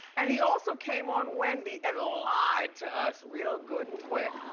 and he also came on wendy and lied to us real good and quick.